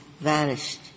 vanished